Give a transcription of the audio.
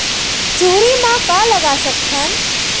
चुहरी म का लगा सकथन?